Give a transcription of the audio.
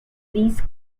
these